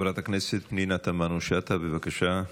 חברת הכנסת פנינה תמנו שטה, בבקשה.